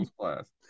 class